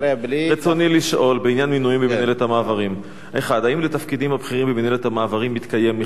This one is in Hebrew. ברצוני לשאול בעניין מינויים במינהלת המעברים: 1. האם לתפקידים הבכירים במינהלת המעברים התקיים מכרז?